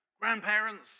grandparents